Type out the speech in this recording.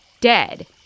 dead